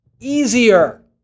Easier